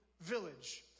village